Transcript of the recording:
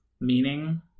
Meaning